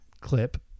clip